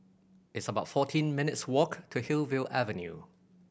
it's about fourteen minutes' walk to Hillview Avenue